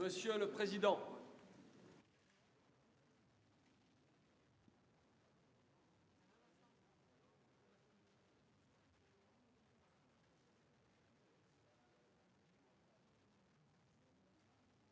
monsieur le président,